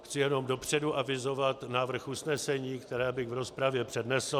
Chci jenom dopředu avizovat na návrh usnesení, které bych v rozpravě přednesl.